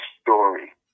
story